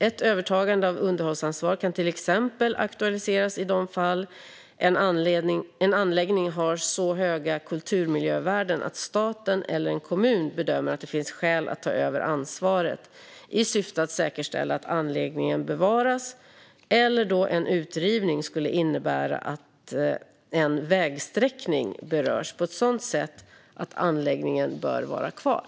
Ett övertagande av underhållsansvar kan till exempel aktualiseras i de fall en anläggning har så höga kulturmiljövärden att staten eller en kommun bedömer att det finns skäl att ta över ansvaret i syfte att säkerställa att anläggningen bevaras eller då en utrivning skulle innebära att en vägsträckning berörs på ett sådant sätt att anläggningen bör vara kvar.